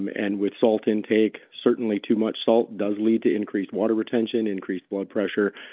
um and with salt intake, certainly too much salt does lead to increased water retention, increased blood pressure.